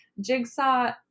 Jigsaw